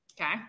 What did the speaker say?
Okay